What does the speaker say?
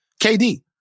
KD